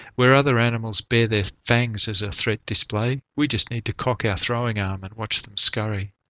where other animals bear their fangs as a threat display, we just need to cock our throwing arm and watch them scurry.